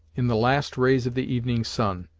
in the last rays of the evening sun,